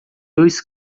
dois